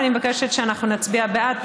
ואני מבקשת שאנחנו נצביע בעד,